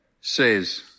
says